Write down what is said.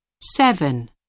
seven